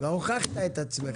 אתה כבר הוכחת את עצמך,